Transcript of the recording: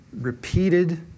repeated